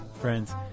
friends